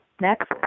Next